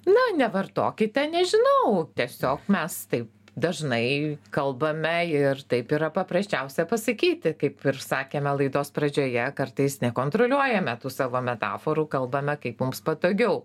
na nevartokite nežinau tiesiog mes taip dažnai kalbame ir taip yra paprasčiausia pasakyti kaip ir sakėme laidos pradžioje kartais nekontroliuojame tų savo metaforų kalbame kaip mums patogiau